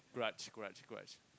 grudge grudge grudge